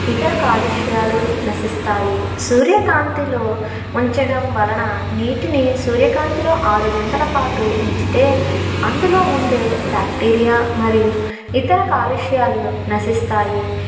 ఇతర కాలుష్యాలు నశిస్తాయి సూర్యకాంతిలో ఉంచడం వలన నీటిని సూర్యకాంతిలో ఆరు గంటల పాటు ఉంచితే అందులో ఉండే బ్యాక్టీరియా మరియు ఇతర కాలుష్యాలు నశిస్తాయి